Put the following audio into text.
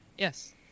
Yes